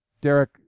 Derek